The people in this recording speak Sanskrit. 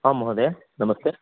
आं महोदया नमस्ते